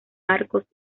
arcos